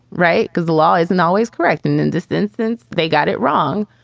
right. because the law isn't always correct. and in this instance, they got it wrong.